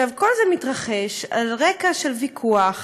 כל זה מתרחש על רקע של ויכוח